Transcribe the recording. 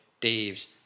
Dave's